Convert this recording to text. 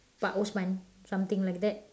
pak Osman something like that